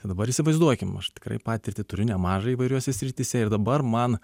tai dabar įsivaizduokim aš tikrai patirtį turiu nemažą įvairiose srityse ir dabar man